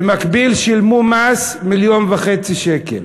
ובמקביל שילמו מס מיליון וחצי שקל.